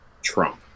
trump